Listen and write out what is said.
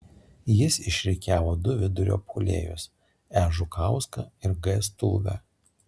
jis išrikiavo du vidurio puolėjus e žukauską ir g stulgą